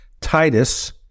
Titus